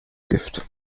gift